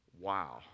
Wow